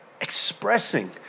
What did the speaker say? Expressing